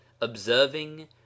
observing